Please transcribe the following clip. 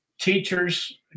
teachers